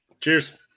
Cheers